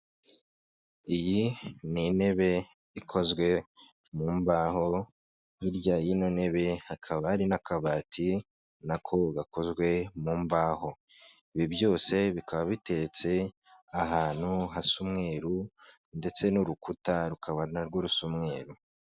Iyi ni intebe ikozwe mu mbaho, hirya y'ino ntebe hakaba ari n'akabati nako gakozwe mu mbaho, ibi byose bikaba biteretse ahantu hasa umweru ndetse n'urukuta rukaba narwo rusa umweru.